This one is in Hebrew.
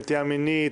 נטייה מינית,